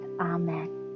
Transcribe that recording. Amen